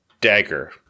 dagger